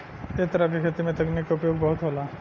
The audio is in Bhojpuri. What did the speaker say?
ऐ तरह के खेती में तकनीक के उपयोग बहुत होला